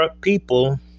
people